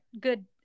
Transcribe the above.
good